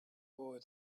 boy